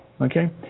Okay